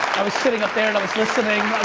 i was sitting up there and i was listening,